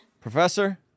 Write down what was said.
Professor